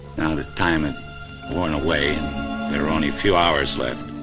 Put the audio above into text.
time and worn away and there were only a few hours left,